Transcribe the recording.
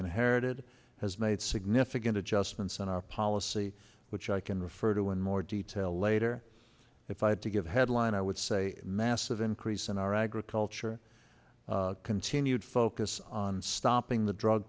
inherited has made significant adjustments in our policy which i can refer to in more detail later if i had to give headline i would say a massive increase in our agriculture continued focus on stopping the drug